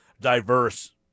diverse